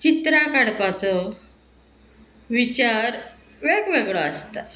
चित्रां काडपाचो विचार वेगवेगळो आसता